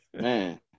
Man